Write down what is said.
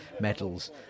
medals